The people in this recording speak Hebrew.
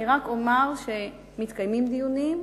אני רק אומר שמתקיימים דיונים,